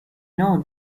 know